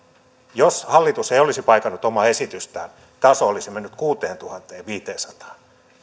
jos hallitus ei olisi paikannut omaa esitystään taso olisi mennyt kuuteentuhanteenviiteensataan